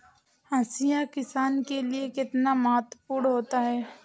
हाशिया किसान के लिए कितना महत्वपूर्ण होता है?